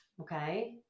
Okay